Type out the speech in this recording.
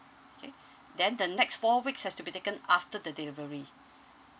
okay then the next four weeks has to be taken after the delivery